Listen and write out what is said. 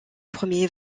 premier